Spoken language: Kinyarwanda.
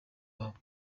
wabo